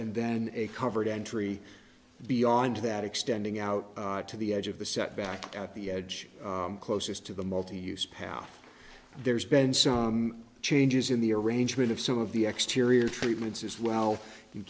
and then a covered entry beyond that extending out to the edge of the set back at the edge closest to the multi use path there's been some changes in the arrangement of some of the exterior treatments as